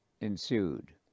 ensued